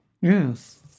Yes